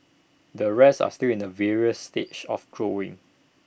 the rest are still in the various stages of growing